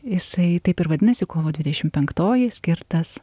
jisai taip ir vadinasi kovo dvidešimt penktoji skirtas